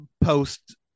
post